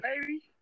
baby